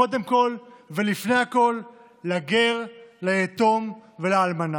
קודם כול ולפני הכול לגר, ליתום ולאלמנה.